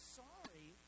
sorry